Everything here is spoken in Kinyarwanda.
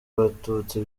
abatutsi